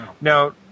Now